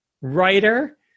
writer